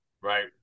Right